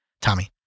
Tommy